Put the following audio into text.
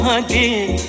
again